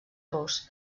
rus